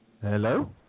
Hello